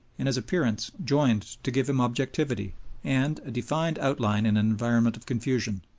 and his appearance joined to give him objectivity and a, defined outline an environment of confusion.